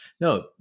No